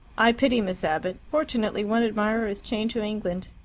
i pity miss abbott. fortunately one admirer is chained to england.